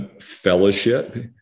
fellowship